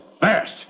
Fast